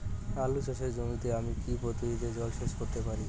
আলু চাষে জমিতে আমি কী পদ্ধতিতে জলসেচ করতে পারি?